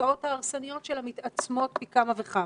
התוצאות ההרסניות שלה מתעצמות פי כמה וכמה.